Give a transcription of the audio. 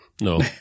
No